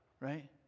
Right